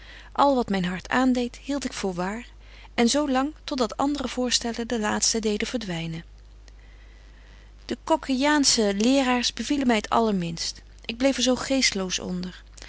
al wat myn hart aandeedt hield ik voor waar en zo lang tot dat andere voorstellen de laatsten deden verdwynen de coccejaansche leeraars bevielen my het allerminst ik bleef er zo geestloos onder